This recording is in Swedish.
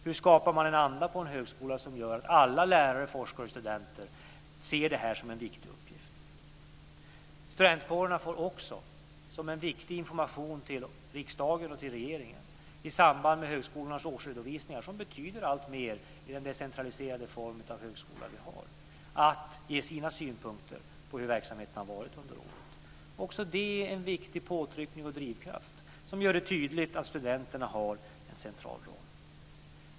Hur skapar man en anda på en högskola som gör att alla lärare, forskare och studenter ser detta som en viktig uppgift? Studentkårerna får också, som en viktig information till riksdagen och regeringen i samband med högskolornas årsredovisningar, som betyder alltmer i den decentraliserade form av högskola som vi har, ge sina synpunkter på hur verksamheten har varit under året. Också det är en viktig påtryckning och drivkraft som gör det tydligt att studenterna har en central roll.